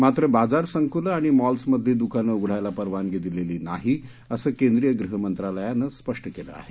मात्र बाजार संकुलं आणि मॉल्समधली द्कानं उघडायला परवानगी दिलेली नाही असं केंद्रीय गृह मंत्रालयानं स्पष्ट केलं आहे